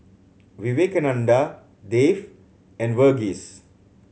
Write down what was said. Vivekananda Dev and Verghese